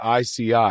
ICI